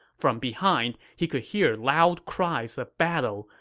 from behind, he could hear loud cries of battle,